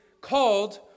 called